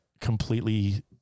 completely